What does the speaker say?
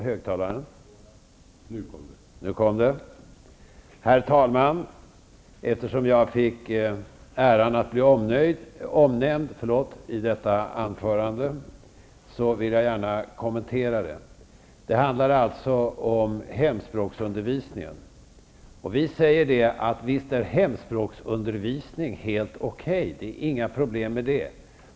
Herr talman! Eftersom jag fick äran att bli omnämnd i det föregående anförandet vill jag gärna kommentera det. Det handlade alltså om hemspråksundervisningen. Vi säger att visst är hemspråksundervisningen helt okej -- det är inga problem med det.